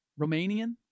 Romanian